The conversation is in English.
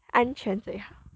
安全最好